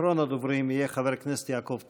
אחרון הדוברים יהיה חבר הכנסת יעקב טסלר.